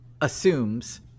assumes